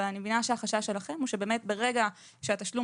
אבל אני מבינה שהחשש שלכם הוא שברגע שהתשלום